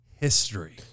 History